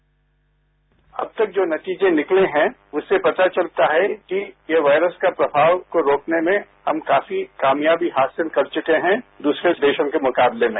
bite अब तक जो नतीजे निकले हैं उससे पता चलता है कि यह वायरस का प्रभाव को रोकने में हम काफी कामयाबी हासिल कर चुके हैं दूसरे देशों के मुकाबले में